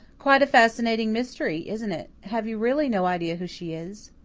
quite a fascinating mystery, isn't it? have you really no idea who she is?